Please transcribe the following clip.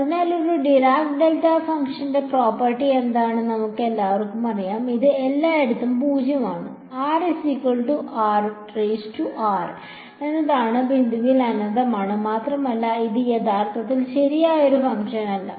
അതിനാൽ ഒരു Dirac delta ഫംഗ്ഷന്റെ പ്രോപ്പർട്ടി എന്താണെന്ന് നമുക്കെല്ലാവർക്കും അറിയാം അത് എല്ലായിടത്തും 0 ആണ് rr എന്ന ബിന്ദുവിൽ അനന്തമാണ് മാത്രമല്ല ഇത് യഥാർത്ഥത്തിൽ ശരിയായ ഒരു ഫംഗ്ഷൻ അല്ല